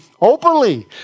openly